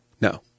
No